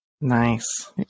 Nice